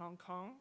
hong kong